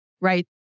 right